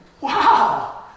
wow